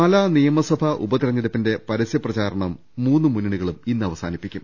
പാലാ നിയമസഭാ ഉപതിരഞ്ഞെടുപ്പിന്റെ പരസ്യപ്രചാരണം മൂന്നു മുന്നണികളും ഇന്ന് അവസാനിപ്പിക്കും